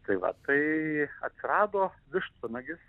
tai va tai atrado vištvanagis